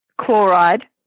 chloride